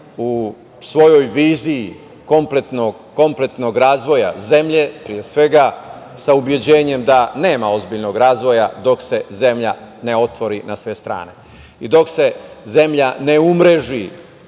u svojoj viziji kompletnog razvoja zemlje, pre svega sa ubeđenjem da nema ozbiljnog razvoja dok se zemlja ne otvori na sve strane i dok se zemlja ne umreži